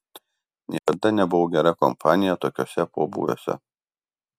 niekada nebuvau gera kompanija tokiuose pobūviuose